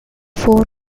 four